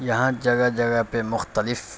یہاں جگہ جگہ پہ مختلف